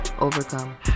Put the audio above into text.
overcome